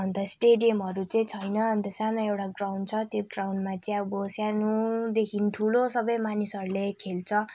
अन्त स्टेडियमहरू चाहिँ छैन अन्त सानो एउटा ग्राउन्ड छ त्यो ग्राउन्डमा चाहिँ अब सानोदेखि ठुलो सबै मानिसहरूले खेल्छ